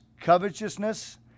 covetousness